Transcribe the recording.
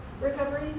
recovery